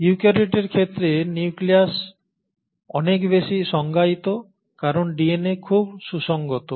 ইউক্যারিওটের ক্ষেত্রে নিউক্লিয়াস অনেক বেশি সংজ্ঞায়িত কারণ ডিএনএ খুব সুসংগত